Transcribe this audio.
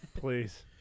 please